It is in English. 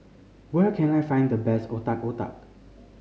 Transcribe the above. where can I find the best Otak Otak